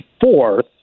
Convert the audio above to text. fourth